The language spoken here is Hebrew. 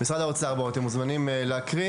משרד האוצר, אתם מוזמנים להקריא.